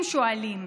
הם שואלים,